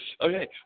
Okay